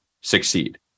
succeed